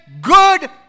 good